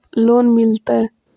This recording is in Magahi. लोन मिलता?